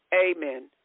amen